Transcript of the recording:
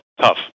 tough